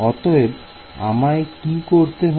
অতএব আমায় কি করতে হবে